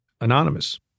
anonymous